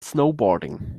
snowboarding